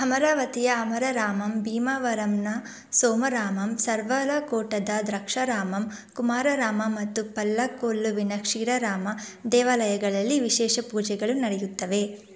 ಅಮರಾವತಿಯ ಅಮರರಾಮಂ ಭೀಮಾವರಂನ ಸೋಮರಾಮಂ ಸರ್ವಲಾಕೋಟದ ದ್ರಾಕ್ಷಾರಾಮಂ ಕುಮಾರರಾಮ ಮತ್ತು ಪಲ್ಲಕೊಲ್ಲುವಿನ ಕ್ಷೀರರಾಮ ದೇವಾಲಯಗಳಲ್ಲಿ ವಿಶೇಷ ಪೂಜೆಗಳು ನಡೆಯುತ್ತವೆ